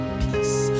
peace